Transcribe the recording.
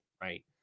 right